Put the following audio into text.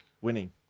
winning